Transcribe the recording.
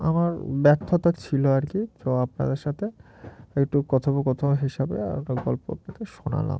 আমার ব্যর্থতা ছিল আর কি তো আপনাদের সাথে একটু কথোপকথ হিসাবে আমরা গল্প পেতে শোনালাম